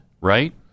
Right